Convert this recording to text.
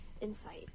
insight